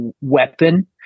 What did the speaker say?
weapon